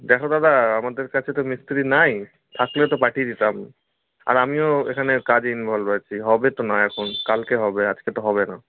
দেখো দাদা আমাদের কাছে তো মিস্ত্রি নেই থাকলে তো পাঠিয়ে দিতাম আর আমিও এখানে কাজে ইনভলভ্ড আছি হবে তো না এখন কালকে হবে আজকে তো হবে না